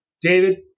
David